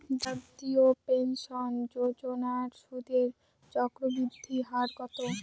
জাতীয় পেনশন যোজনার সুদের চক্রবৃদ্ধি হার কত?